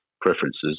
preferences